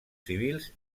civils